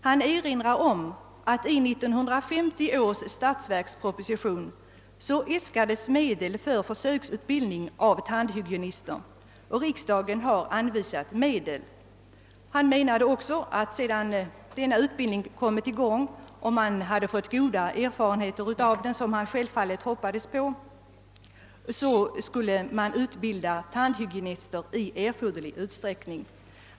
Han erinrade om att det i 1950 års statsverksproposition äskades medel för försöksutbildning av tandhygienister, och riksdagen hade också anvisat medel härför. Han menade att man, sedan denna utbildning kommit i gång och sedan man hade fått — såsom han självfallet hoppades — goda erfarenheter av den, skulle utbilda tandhygienister i erforderlig utsträckning.